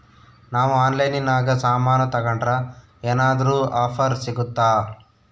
ನಾವು ಆನ್ಲೈನಿನಾಗ ಸಾಮಾನು ತಗಂಡ್ರ ಏನಾದ್ರೂ ಆಫರ್ ಸಿಗುತ್ತಾ?